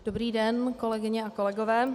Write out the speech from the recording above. Dobrý den, kolegyně a kolegové.